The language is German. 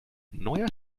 neuer